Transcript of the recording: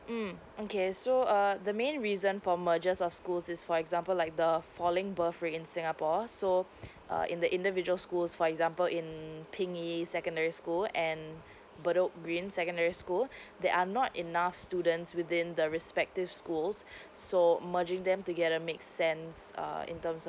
mm okay so err the main reason for mergers of schools is for example like the falling birth rate in singapore so err in the individual schools for example in ping yi secondary school and bedok green secondary school there are not enough students within the respective schools so merging them together make sense err in terms